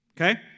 Okay